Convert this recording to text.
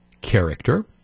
character